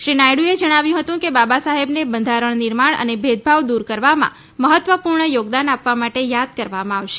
શ્રી નાયડુએ જણાવ્યું હતું કે બાબા સાહેબને બંધારણ નિર્માણ અને ભેદભાવ દૂર કરવામાં મહત્વપૂર્ણ યોગદાન આપવા માટે યાદ કરવામાં આવશે